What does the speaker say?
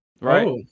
Right